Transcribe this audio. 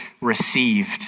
received